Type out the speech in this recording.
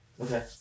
Okay